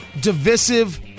divisive